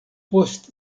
post